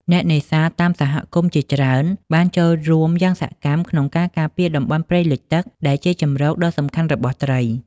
អ្នកនេសាទតាមសហគមន៍ជាច្រើនបានចូលរួមយ៉ាងសកម្មក្នុងការការពារតំបន់ព្រៃលិចទឹក ដែលជាជម្រកដ៏សំខាន់របស់ត្រី។